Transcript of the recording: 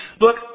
Look